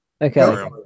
Okay